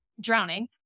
drowning